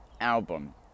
album